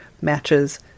matches